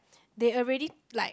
they already like